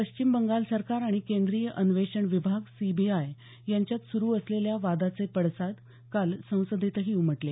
पश्चिम बंगाल सरकार आणि केंद्रीय अन्वेषण विभाग सीबीआय यांच्यात सुरू असलेल्या वादाचे पडसाद काल संसदेतही उमटले